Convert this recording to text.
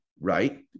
Right